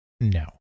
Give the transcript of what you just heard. No